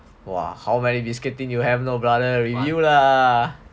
!wah! how many biscuit tin you have no brother review lah